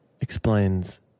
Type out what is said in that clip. explains